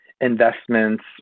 investments